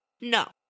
No